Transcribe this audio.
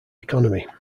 economy